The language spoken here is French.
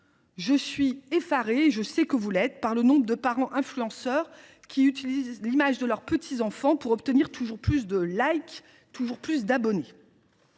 Je suis effarée – et je sais que vous l’êtes par le nombre de parents influenceurs qui utilisent l’image de leurs petits enfants pour obtenir toujours plus de, toujours plus d’abonnés.